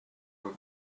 were